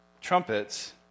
trumpets